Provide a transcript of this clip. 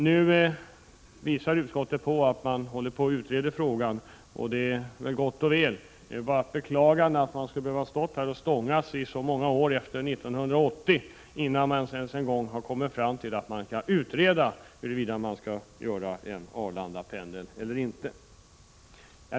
Nu hänvisar utskottet till att frågan håller påatt utredas. Det är gott och väl. Det är bara att beklaga att vi har behövt stå här och stångas i så många år efter 1980 innan man ens har kommit fram till att man skall utreda huruvida man skall göra en Arlandapendel eller inte.